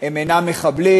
הם אינם מחבלים,